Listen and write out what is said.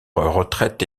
retraite